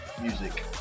music